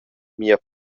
mia